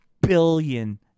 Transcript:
billion